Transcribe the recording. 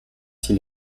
s’il